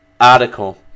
article